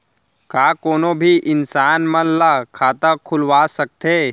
का कोनो भी इंसान मन ला खाता खुलवा सकथे?